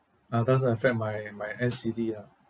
ah doesn't affect my my N_C_D ah